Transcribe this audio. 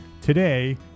today